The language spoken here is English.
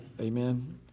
Amen